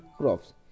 crops